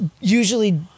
usually